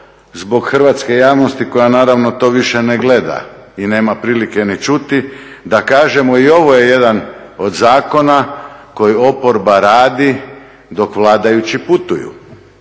zbog hrvatske javnosti koja naravno to više ne gleda i nema prilike ni čuti da kažemo i ovo je jedan od zakona koji oporba radi dok vladajući putuju.